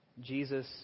Jesus